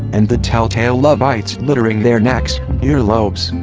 and the tell tale love bites littering their necks, ear lobes,